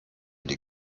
die